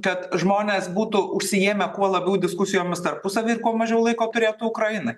kad žmonės būtų užsiėmę kuo labiau diskusijomis tarpusavy ir kuo mažiau laiko turėt ukrainai